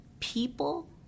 People